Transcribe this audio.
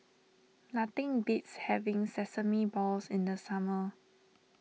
nothing beats having Sesame Balls in the summer